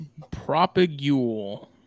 Propagule